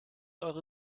eure